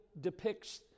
depicts